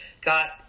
got